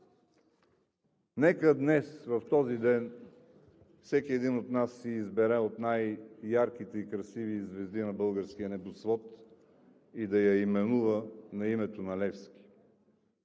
нека днес, в този ден, всеки един от нас си избере от най-ярките и красиви звезди на българския небосвод и да я именува на името на Левски,